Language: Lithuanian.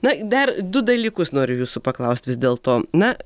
na dar du dalykus noriu jūsų paklaust vis dėlto na